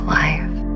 life